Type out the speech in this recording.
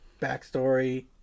backstory